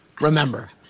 remember